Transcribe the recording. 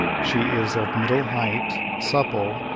she is of middle height, supple,